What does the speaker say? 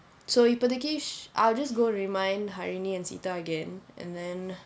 so you இப்போதைக்கு:ippothaikku I'll just go remind hairini and sita again and then